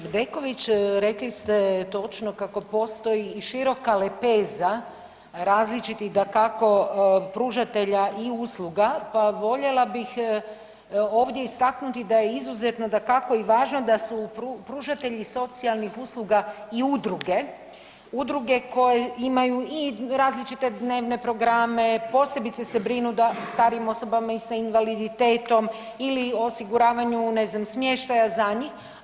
Bedeković rekli ste točno kako postoji i široka lepeza različitih, dakako pružatelja i usluga, pa voljela bih ovdje istaknuti da je izuzetno dakako i važno da su pružatelji socijalnih usluga i udruge, udruge koje imaju i različite dnevne programe, posebice se brinu da starijim osobama i sa invaliditetom ili osiguravanju, ne znam, smještaja za njih.